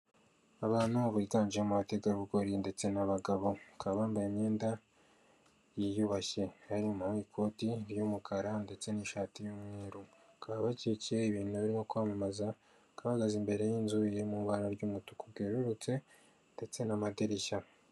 Abantu biganjemo bategarugori ndetse n'abagabo muka bambaye imyenda yiyubashye harmo ikoti ry'umukara ndetse n'ishati y'umweru bakaba bakikiye ibintu barimo kwamamaza bahagaze imbere y'inzu iri mu ibara ry'umutuku bwerurutse ndetse n'amadirishya.